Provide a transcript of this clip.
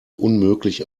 unmöglich